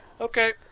okay